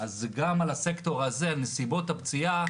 אז גם על הסקטור הזה "נסיבות הפציעה"